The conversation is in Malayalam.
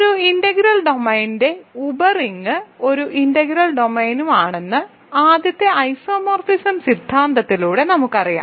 ഒരു ഇന്റഗ്രൽ ഡൊമെയ്നിന്റെ ഉപറിംഗ് ഒരു ഇന്റഗ്രൽ ഡൊമെയ്നും ആണെന്ന് ആദ്യത്തെ ഐസോമോർഫിസം സിദ്ധാന്തത്തിലൂടെ നമുക്കറിയാം